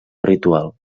ritual